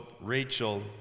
Rachel